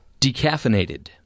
Decaffeinated